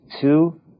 two